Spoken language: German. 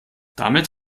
damit